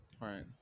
Right